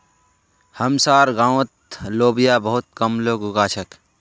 हमसार गांउत लोबिया बहुत कम लोग उगा छेक